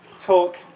talk